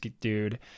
dude